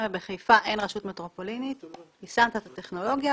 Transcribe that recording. ובחיפה אין רשות מטרופולינית ויישמת את הטכנולוגיה.